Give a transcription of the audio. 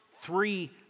three